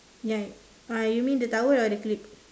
ya uh you mean the towel or the clip